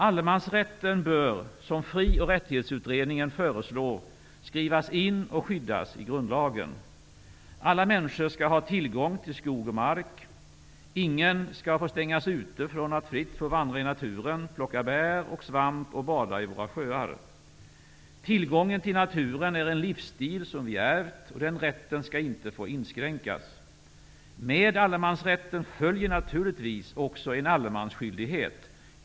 Allemansrätten bör -- som Fri och rättighetsutredningen föreslår -- skrivas in och skyddas i grundlagen. Alla människor skall ha tillgång till skog och mark. Ingen skall få stängas ute från att fritt få vandra i naturen, plocka bär och svamp och bada i våra sjöar. Tillgången till naturen är en livsstil som vi ärvt. Den rätten skall inte få inskränkas. Med allemansrätten följer naturligtvis också en allemansskyldighet.